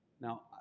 Now